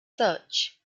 such